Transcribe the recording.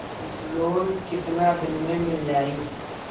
Loan कितना दिन में मिल जाई?